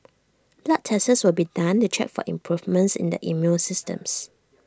blood tests will be done to check for improvements in their immune systems